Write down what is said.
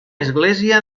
església